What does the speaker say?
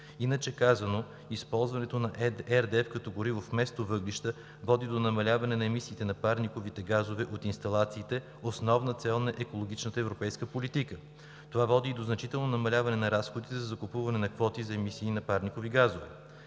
Иначе казано, използването на RDF като гориво вместо въглища, води до намаляването на емисиите на парникови газове от инсталациите – основна цел на екологичната европейска политика. Това води и до значително намаляване на разходите за закупуване на квоти за емисии на парникови газове.